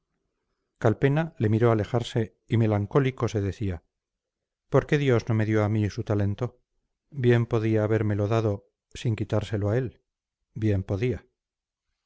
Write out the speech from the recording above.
dicen calpena le miró alejarse y melancólico se decía por qué dios no me dio a mí su talento bien podía habérmelo dado sin quitárselo a él bien podía